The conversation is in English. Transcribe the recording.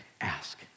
ask